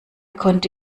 konnte